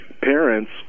parents